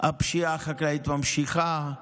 הפשיעה החקלאית נמשכת,